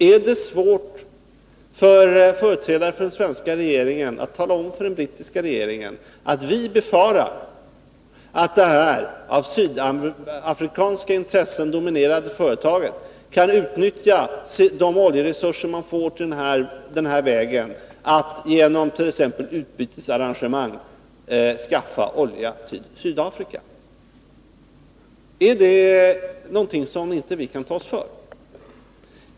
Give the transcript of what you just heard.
Är det svårt för företrädare för den svenska regeringen att tala om för den brittiska regeringen att vi befarar att det av sydafrikanska intressen dominerade företaget kan utnyttja de oljeresurser man får den här vägen för att genom exempelvis utbytesarrangemang skaffa olja till Sydafrika? Är det någonting som inte vi kan ta oss för?